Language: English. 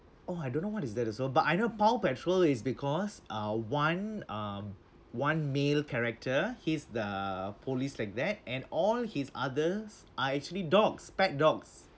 oh I don't know what is that also but I know paw patrol is because uh one um one male character he is the police like that and all his others are actually dogs bad dogs